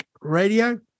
radio